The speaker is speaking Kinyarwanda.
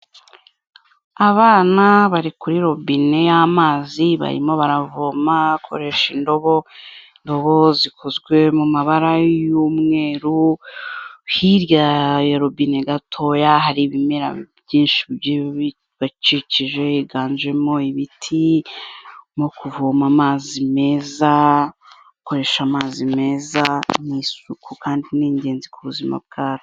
Abana bari kuri robine y'amazi, barimo baravoma bakoresha indobo, indobo zikozwe mu mabara y'umweru, hirya ya robine gatoya hari ibimera byinshi bigiye bibakikije, higanjemo ibiti; mu kuvoma amazi meza, gukoresha amazi meza ni isuku kandi ni ingenzi ku buzima bwacu.